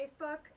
Facebook